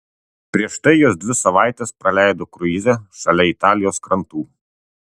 prieš tai jos dvi savaites praleido kruize šalia italijos krantų